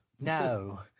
no